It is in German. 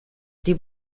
die